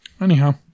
Anyhow